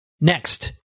Next